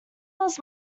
was